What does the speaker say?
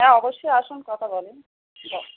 হ্যাঁ অবশ্যই আসুন কথা বলেন ঠিক আছে